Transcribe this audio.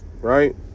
right